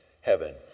heaven